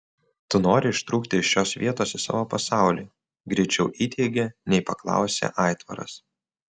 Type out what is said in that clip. tu nori ištrūkti iš šios vietos į savo pasaulį greičiau įteigė nei paklausė aitvaras